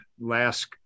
last